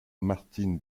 martine